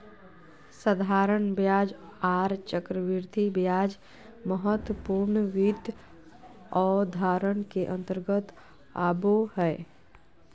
साधारण ब्याज आर चक्रवृद्धि ब्याज महत्वपूर्ण वित्त अवधारणा के अंतर्गत आबो हय